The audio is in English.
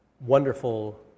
wonderful